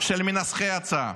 של מנסחי ההצעה: